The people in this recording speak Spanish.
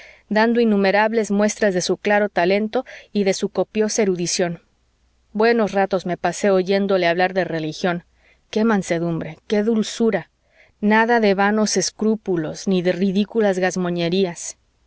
dando innumerables muestras de su claro talento y de su copiosa erudición buenos ratos me pasé oyéndole hablar de religión qué mansedumbre qué dulzura nada de vanos escrúpulos ni de ridículas